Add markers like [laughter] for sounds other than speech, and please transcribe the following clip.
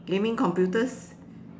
gaming computers [breath]